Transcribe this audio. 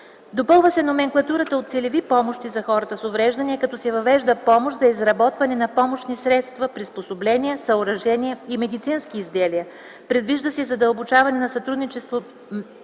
Допълва се номенклатурата от целеви помощи за хората с увреждания, като се въвежда помощ за изработване на помощни средства, приспособления, съоръжения и медицински изделия. Предвижда се задълбочаване на сътрудничеството